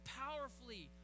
powerfully